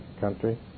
country